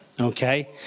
okay